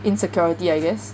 insecurity I guess